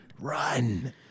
run